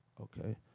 Okay